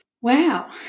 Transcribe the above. Wow